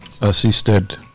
assisted